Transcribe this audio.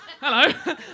hello